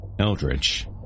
Eldritch